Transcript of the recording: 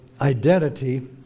identity